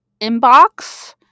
inbox